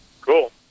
Cool